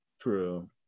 true